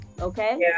okay